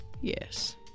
Yes